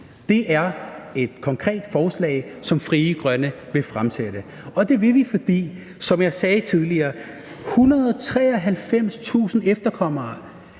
Det er et konkret forslag, som Frie Grønne vil fremsætte. Og det vil vi, som jeg sagde tidligere, fordi det er